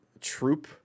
troop